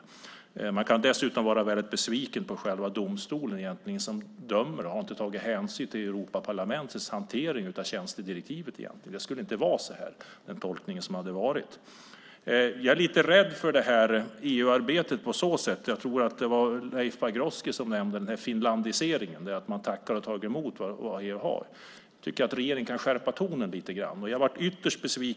Dessutom kan man vara väldigt besviken på domstolen som egentligen inte tagit hänsyn till Europaparlamentets hantering av tjänstedirektivet. Då skulle tolkningen inte ha blivit som den blev. Jag är lite rädd för EU-arbetet på så sätt att - jag tror att det var Leif Pagrotsky som talade om finlandisering - man tackar och tar emot vad EU har. Jag tycker att regeringen kan skärpa tonen lite grann.